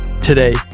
Today